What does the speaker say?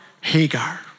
Hagar